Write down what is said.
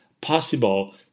possible